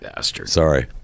Sorry